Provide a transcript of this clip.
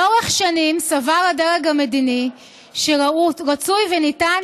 לאורך שנים סבר הדרג המדיני שרצוי וניתן